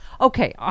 okay